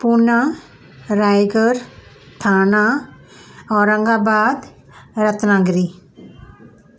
Poona Raigad Thana Aurangabad Ratnagiri